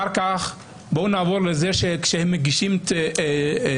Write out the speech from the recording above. אחר כך נעבור לזה שכאשר הם מגישים תלונה,